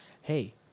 Hey